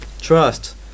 trust